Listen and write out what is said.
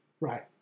Right